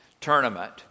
tournament